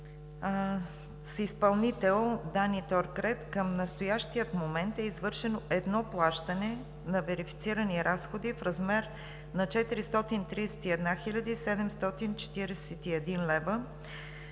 с изпълнител „Дани – Торкрет“ към настоящия момент е извършено едно плащане на верифицирани разходи в размер на 431 хил.